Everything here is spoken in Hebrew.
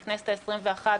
בכנסת העשרים-ואחת,